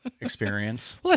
experience